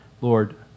Lord